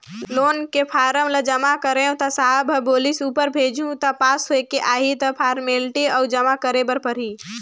loan के form ल जमा करेंव त साहब ह बोलिस ऊपर भेजहूँ त पास होयके आही त फारमेलटी अउ जमा करे बर परही